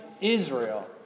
Israel